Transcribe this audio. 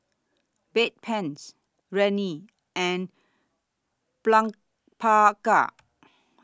Bedpans Rene and Blephagel